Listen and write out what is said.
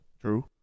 True